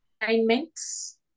assignments